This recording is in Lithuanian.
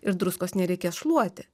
ir druskos nereikės šluoti